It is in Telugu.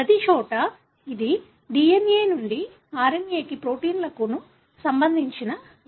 ప్రతిచోటా ఇది DNA నుండి RNA కి ప్రోటీన్లకు సంబంధించిన రూలా